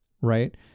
right